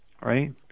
right